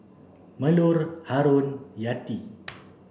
Melur Haron Yati